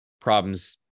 problems